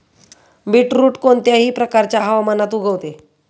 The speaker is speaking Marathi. बीटरुट कोणत्याही प्रकारच्या हवामानात उगवते